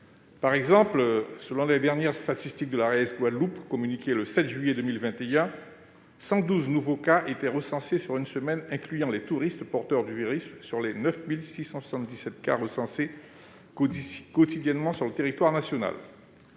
Par exemple, selon les dernières statistiques de l'ARS, l'agence régionale de santé, de Guadeloupe, communiquées le 7 juillet 2021, quelque 112 nouveaux cas étaient recensés sur une semaine, incluant les touristes porteurs du virus, sur les 9 677 cas recensés quotidiennement sur le territoire national.